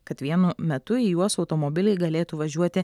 kad vienu metu į juos automobiliai galėtų važiuoti